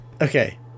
Okay